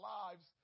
lives